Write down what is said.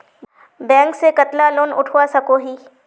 Bank से कतला loan उठवा सकोही?